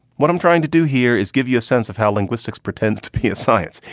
what i'm trying to do here is give you a sense of how linguistics pretends to be a science.